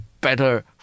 better